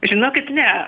žinokit ne